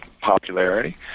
popularity